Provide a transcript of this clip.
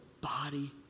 body